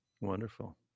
Wonderful